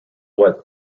what